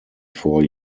four